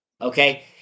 okay